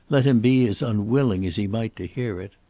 let him be as unwilling as he might to hear it.